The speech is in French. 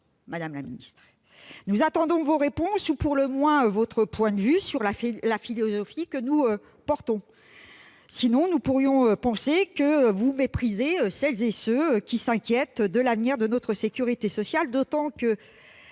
madame la ministre ? Nous attendons vos réponses ou, pour le moins, votre point de vue sur la philosophie que nous portons. Si vous ne nous répondiez pas, nous pourrions penser que vous méprisez celles et ceux qui s'inquiètent de l'avenir de notre sécurité sociale. C'est d'autant